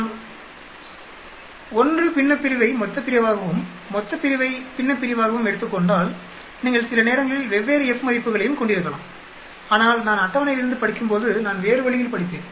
நான் 1 பின்னப்பிரிவை மொத்தபிரிவாகவும் மொத்தப்பிரிவை பின்னப்பிரிவாகவும் எடுத்துக் கொண்டால் நீங்கள் சில நேரங்களில் வெவ்வேறு F மதிப்புகளையும் கொண்டிருக்கலாம் ஆனால் நான் அட்டவணையிலிருந்து படிக்கும்போது நான் வேறு வழியில் படிப்பேன்